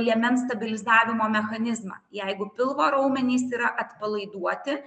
liemens stabilizavimo mechanizmą jeigu pilvo raumenys yra atpalaiduoti